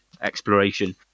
exploration